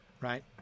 right